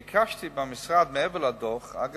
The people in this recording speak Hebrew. ביקשתי במשרד, מעבר לדוח, אגב,